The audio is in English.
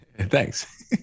Thanks